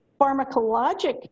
pharmacologic